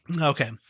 Okay